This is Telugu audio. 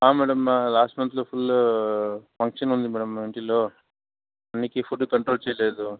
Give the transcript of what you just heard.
హా మేడం లాస్ట్ మంత్లో ఫుల్ ఫంక్షన్ ఉంది మేడం ఇంటిలో అందుకే ఫుడ్ కంట్రోల్ చెయ్యలేదు